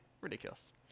Ridiculous